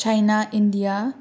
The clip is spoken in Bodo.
China India